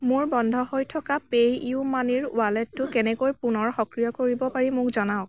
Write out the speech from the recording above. মোৰ বন্ধ হৈ থকা পে' ইউ মানিৰ ৱালেটটো কেনেকৈ পুনৰ সক্ৰিয় কৰিব পাৰি মোক জনাওক